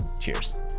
Cheers